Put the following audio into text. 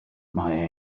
mae